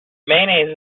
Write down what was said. mayonnaise